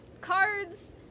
cards